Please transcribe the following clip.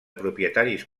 propietaris